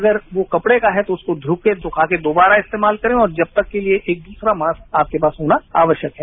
अगर वो कपड़े का है तो उसे धोकर सुखाकर दोबारा इस्तेमाल करें और जब तक के लिए एक दूसरा मास्क आपके पास होना आवश्यक है